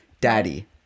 Daddy